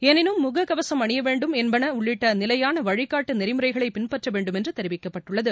எனினும் முகக்கவசம் அணியவேண்டும் என்பன் உள்ளிட்ட நிலையான வழிகாட்டு நெறிமுறைகளை பின்பற்ற வேண்டும் என்று தெரிவிக்கப்பட்டுள்ளது